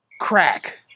crack